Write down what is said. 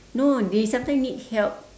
no they sometimes need help